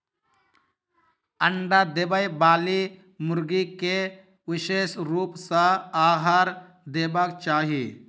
अंडा देबयबाली मुर्गी के विशेष रूप सॅ आहार देबाक चाही